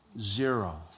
zero